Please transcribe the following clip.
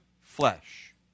flesh